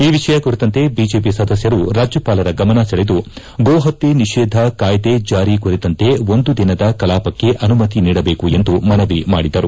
ಈ ವಿಷಯ ಕುರಿತಂತೆ ಬಿಜೆಪಿ ಸದಸ್ನರು ರಾಜ್ಯಪಾಲರ ಗಮನ ಸೆಳೆದು ಗೋಹತ್ತೆ ನಿಷೇಧ ಕಾಯ್ಗೆ ಜಾರಿ ಕುರಿತಂತೆ ಒಂದು ದಿನದ ಕಲಾಪಕ್ಕೆ ಅನುಮತಿ ನೀಡಬೇಕೆಂದು ಮನವಿ ಮಾಡಿದ್ದರು